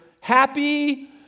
happy